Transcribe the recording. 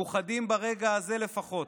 מאוחדים, ברגע הזה לפחות,